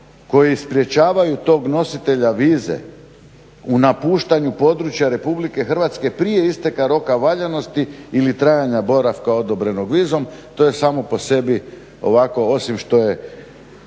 koji sprječavaju tog nositelja vize u napuštanju područja RH prije isteka roka valjanosti ili trajanja boravka odobrenog vizom. To je samo po sebi ovako osim što je